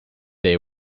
they